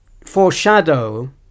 foreshadow